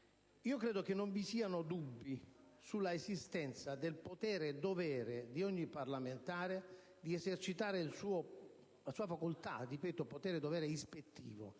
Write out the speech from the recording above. Ritengo non vi siano dubbi sull'esistenza del potere-dovere di ogni parlamentare di esercitare la sua facoltà (ripeto: potere-dovere) ispettiva,